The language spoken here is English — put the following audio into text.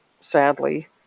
sadly